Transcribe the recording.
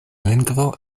lingvo